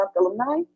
alumni